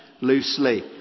loosely